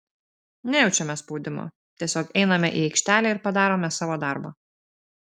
nejaučiame spaudimo tiesiog einame į aikštelę ir padarome savo darbą